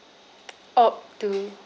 opt to